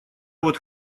вот